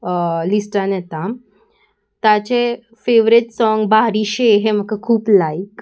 लिस्टान येता ताचे favourite song बाहडी शे हें म्हाका खूब लायक